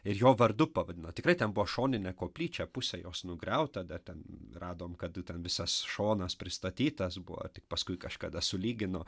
ir jo vardu pavadino tikrai ten buvo šoninė koplyčia pusę jos nugriauta dar ten radom kad ten visas šonas pristatytas buvo tik paskui kažkada sulygino